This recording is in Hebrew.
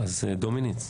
אז דומיניץ.